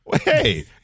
Hey